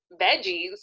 veggies